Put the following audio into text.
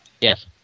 Yes